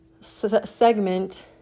segment